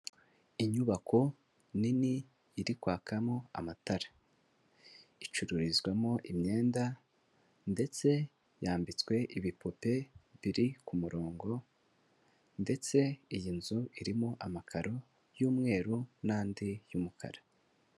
Inyubako nini iri kwakamo amatara icururizwamo imyenda, ndetse yambitswe ibipupe biri ku murongo ndetse iyi nzu irimo amakaro y'umweru n'andi y'umukara.